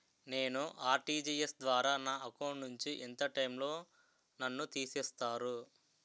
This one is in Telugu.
నేను ఆ.ర్టి.జి.ఎస్ ద్వారా నా అకౌంట్ నుంచి ఎంత టైం లో నన్ను తిసేస్తారు?